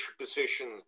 position